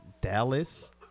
Dallas